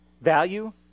Value